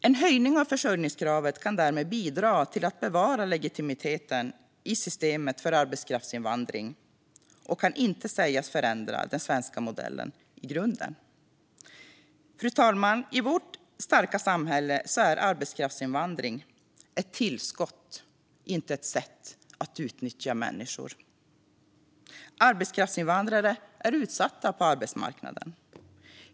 En höjning av försörjningskravet kan därmed bidra till att bevara legitimiteten i systemet för arbetskraftsinvandring och kan inte sägas förändra den svenska modellen i grunden. Fru talman! I vårt starka samhälle är arbetskraftsinvandring ett tillskott, inte ett sätt att utnyttja människor. Arbetskraftsinvandrare är utsatta på arbetsmarknaden.